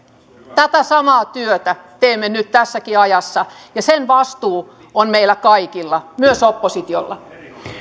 tätä samaa työtä teemme nyt tässäkin ajassa ja vastuu siitä on meillä kaikilla myös oppositiolla